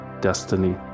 destiny